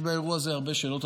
שבאירוע הזה יש הרבה שאלות.